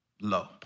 low